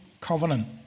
covenant